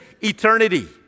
eternity